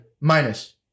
minus